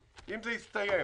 אם זה יסתיים